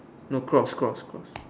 no cross cross cross